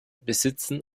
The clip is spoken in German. besitzen